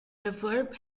reverb